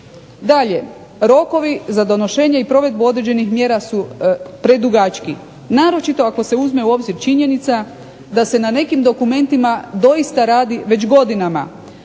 Dalje. Rokovi za donošenje i provedbu određenih mjera su predugački, naročito ako se uzme u obzir činjenica da se na nekim dokumentima doista radi već godinama,